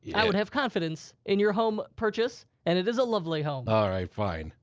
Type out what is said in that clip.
i would have confidence in your home purchase. and it is a lovely home. all right, fine,